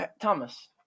Thomas